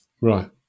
right